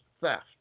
theft